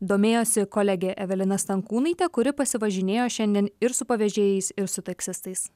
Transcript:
domėjosi kolegė evelina stankūnaitė kuri pasivažinėjo šiandien ir su pavežėjais ir su taksistais